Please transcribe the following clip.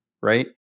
right